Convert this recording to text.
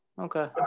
Okay